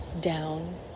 down